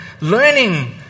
learning